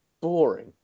boring